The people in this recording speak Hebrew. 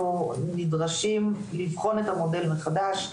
אנחנו נדרשים לבחון את המודל מחדש,